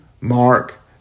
Mark